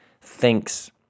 thinks